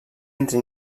entre